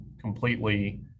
completely